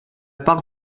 part